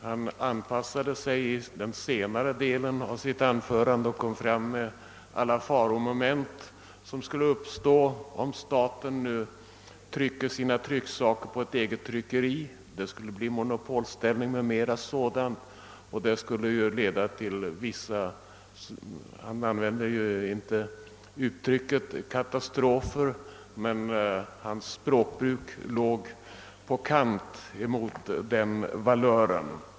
Han anpassade sig emellertid i den senare delen av sitt anförande och pekade på alla faromoment som skulle uppstå, om staten framställde sina trycksaker på eget tryckeri. Det skulle bli en monopolställning m.m. sådant, och detta skulle leda till vissa katastrofer; han använde visserligen inte det uttrycket, men hans ordval hade närmast denna valör.